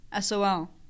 SOL